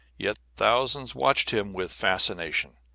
yet thousands watched him with fascination,